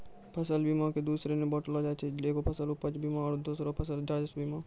फसल बीमा के दु श्रेणी मे बाँटलो जाय छै एगो फसल उपज बीमा आरु दोसरो फसल राजस्व बीमा